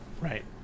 Right